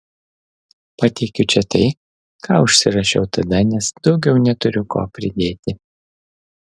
pateikiu čia tai ką užsirašiau tada nes daugiau neturiu ko pridėti